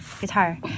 Guitar